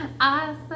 Awesome